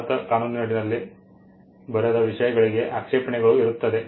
ಭಾರತೀಯ ಕಾನೂನಿನಡಿಯಲ್ಲಿ ಬರದ ವಿಷಯಗಳಿಗೆ ಆಕ್ಷೇಪಣೆಗಳು ಇರುತ್ತದೆ